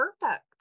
perfect